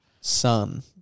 son